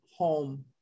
home